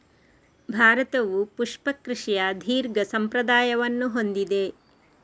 ಭಾರತವು ಪುಷ್ಪ ಕೃಷಿಯ ದೀರ್ಘ ಸಂಪ್ರದಾಯವನ್ನು ಹೊಂದಿದೆ